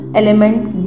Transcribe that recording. elements